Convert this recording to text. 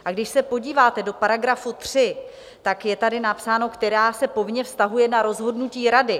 A když se podíváte do § 3, tak je tady napsáno: která se povinně vztahuje na rozhodnutí Rady.